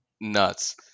nuts